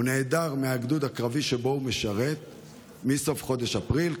הוא נעדר מהגדוד הקרבי שבו הוא משרת מסוף חודש אפריל.